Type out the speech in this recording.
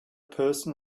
person